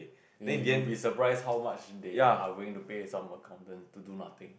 you will be surprised how much they are willing to pay some accountants to do nothing